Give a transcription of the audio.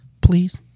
please